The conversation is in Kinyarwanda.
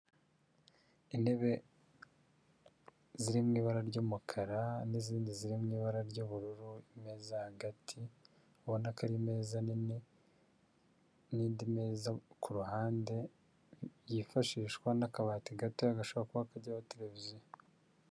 Intebe ziri mu ibara ry'umukara n'izindi ziri mu ibara ry'ubururu imeza hagati abona ko ari meza nini n'indi meza ku ruhande byifashishwa n'akabati gato agasha kajyaba televiziyo.